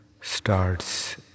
starts